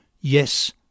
Yes